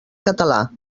català